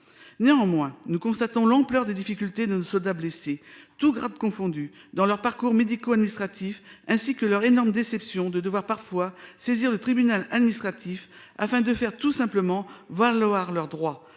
Néanmoins nous constatons l'ampleur des difficultés de soda blessés, tous grades confondus dans leur parcours médico-administratifs ainsi que leur énorme déception de devoir parfois saisir le tribunal administratif afin de faire tout simplement valoir leurs droits